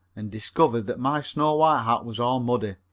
and discovered that my snow white hat was all muddy.